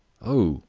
oh,